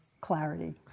clarity